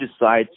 decide